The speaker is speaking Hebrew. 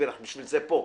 בשביל זה אנחנו פה,